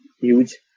huge